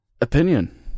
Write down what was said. opinion